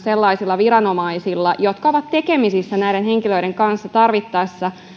sellaisilla viranomaisilla jotka ovat tekemisissä näiden henkilöiden kanssa